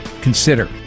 consider